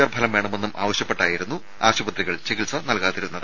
R ഫലം വേണമെന്നും ആവശ്യപ്പെട്ടായിരുന്നു ആശുപത്രികൾ ചികിത്സ നൽകാതിരുന്നത്